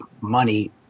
money